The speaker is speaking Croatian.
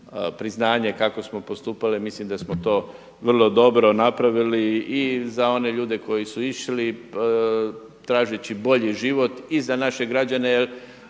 priznanje kako smo postupali. Mislim da smo to vrlo dobro napravili i za one ljude koji su išli tražeći bolji život i za naše građane. Jer